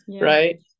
right